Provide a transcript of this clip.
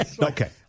Okay